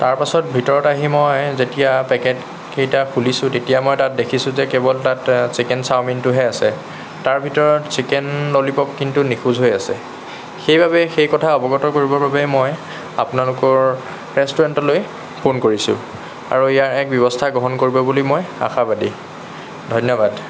তাৰ পাছত ভিতৰত আহি মই যেতিয়া পেকেটকেইটা খুলিছোঁ তেতিয়া মই তাত দেখিছোঁ যে কেৱল তাত চিকেন চাওমিনটোহে আছে তাৰ ভিতৰত চিকেন ললিপপ কিন্তু নিখোজ হৈ আছে সেইবাবেই সেই কথা অৱগত কৰিবৰ বাবেই মই আপোনালোকৰ ৰেষ্টুৰেণ্টলৈ ফোন কৰিছোঁ আৰু ইয়াৰ এক ব্যৱস্থা গ্ৰহণ কৰিব বুলি মই আশাবাদী ধন্যবাদ